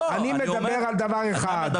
אני מדבר על דבר אחד --- לא,